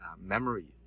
memory